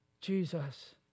Jesus